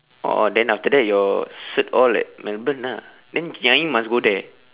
oh then after that your cert all at melbourne ah then nyai must go there